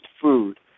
food